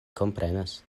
komprenas